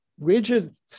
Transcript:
rigid